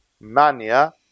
mania